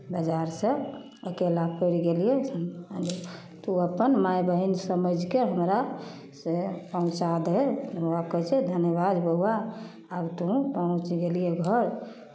बाजारसँ अकेला पड़ि गेलियै तऽ ओ अपन माइ बहिन समझि कऽ हमरा से पहुँचा दे हम ओकरा कहै छियै धन्यवाद बौआ आब तऽ हम पहुँच गेलियै घर